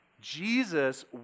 Jesus